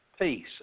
Peace